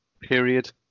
period